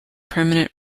permanent